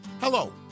Hello